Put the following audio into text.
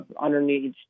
underneath